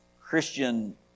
Christian